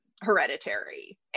hereditary